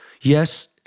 Yes